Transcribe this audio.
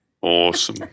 Awesome